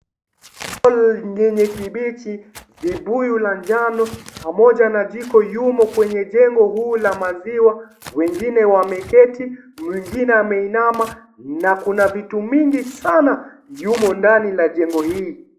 Jengo yenye kibichi, vibuyu la njano pamoja na jiko yumo. kwenye jengo huu la maziwa, wengine wameketi , wengine wameinama na kuna vitu mingi sana yumo ndani la jengo hii.